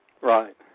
Right